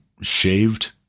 shaved